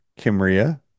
kimria